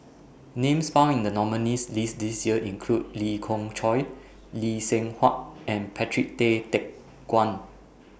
Names found in The nominees' list This Year include Lee Khoon Choy Lee Seng Huat and Patrick Tay Teck Guan